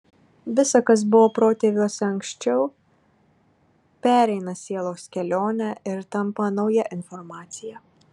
visa kas buvo protėviuose anksčiau pereina sielos kelionę ir tampa nauja informacija